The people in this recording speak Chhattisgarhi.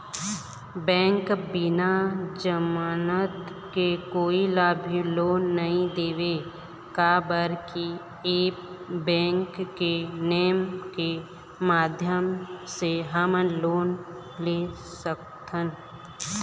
बैंक बिना जमानत के कोई ला भी लोन नहीं देवे का बर की ऐप बैंक के नेम के माध्यम से हमन लोन ले सकथन?